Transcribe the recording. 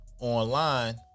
Online